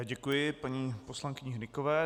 Děkuji paní poslankyni Hnykové.